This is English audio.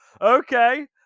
okay